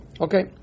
Okay